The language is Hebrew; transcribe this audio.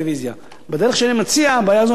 בדרך שאני מציע, הבעיה הזו נפתרת מאליה.